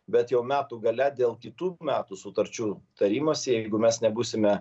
bet jau metų gale dėl kitų metų sutarčių tarimosi jeigu mes nebūsime